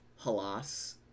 Halas